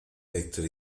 vector